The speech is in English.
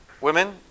women